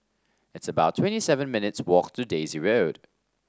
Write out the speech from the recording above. it's about twenty seven minutes' walk to Daisy Road